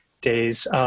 days